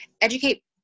educate